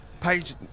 Page